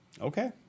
Okay